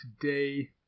today